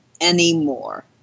anymore